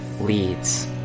leads